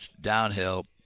downhill